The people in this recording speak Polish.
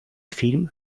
film